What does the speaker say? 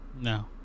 No